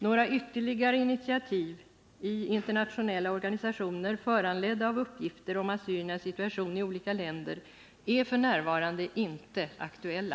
Några ytterligare initiativ i internationella organisationer, föranledda av uppgifter om assyriernas situation i olika länder, är f. n. inte aktuella.